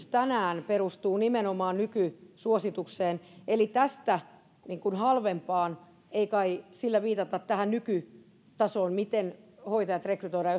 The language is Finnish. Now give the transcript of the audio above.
tänään perustuu nimenomaan nykysuositukseen eli tästä niin kuin halvempaan ei kai sillä viitata tähän nykytasoon miten hoitajat rekrytoidaan